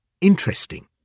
Interesting